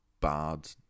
bad